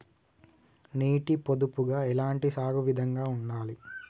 నీటి పొదుపుగా ఎలాంటి సాగు విధంగా ఉండాలి?